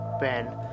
Ben